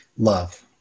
love